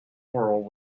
world